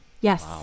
Yes